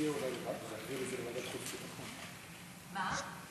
מה?